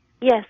yes